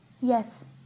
yes